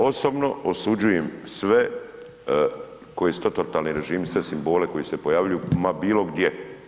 Osobno osuđujem sve koji su totalni režimi, sve simbole koji se pojavljuju, ma bilo gdje.